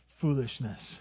foolishness